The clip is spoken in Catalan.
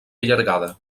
allargada